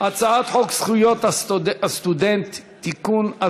הצעת חוק זכויות הסטודנט (תיקון,